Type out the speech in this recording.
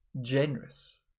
generous